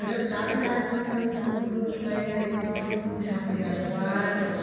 ग्रोब आरो गामि गामि गामि ग्रुप लायै लायै ग्रुप मोसा फैयो आरो हौवा हिनजाव